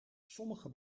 sommige